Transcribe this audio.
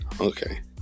Okay